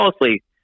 mostly